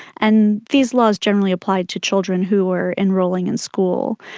and these laws generally apply to children who are enrolling in school.